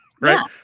right